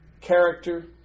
character